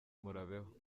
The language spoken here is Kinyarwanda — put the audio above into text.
murabeho